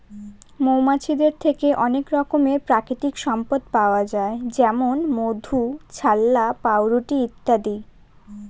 মৌমাছিদের থেকে অনেক রকমের প্রাকৃতিক সম্পদ পাওয়া যায় যেমন মধু, ছাল্লা, পাউরুটি ইত্যাদি